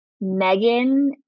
Megan